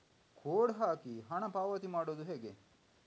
Code ಹಾಕಿ ಹಣ ಪಾವತಿ ಮಾಡೋದು ಹೇಗೆ?